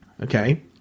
Okay